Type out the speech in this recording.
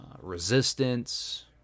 Resistance